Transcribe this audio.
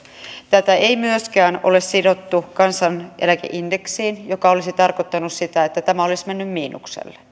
tätä ei myöskään ole sidottu kansaneläkeindeksiin mikä olisi tarkoittanut sitä että tämä olisi mennyt miinukselle